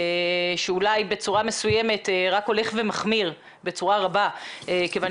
שאולי בצורה מסוימת רק הולך ומחמיר בצורה רבה כיוון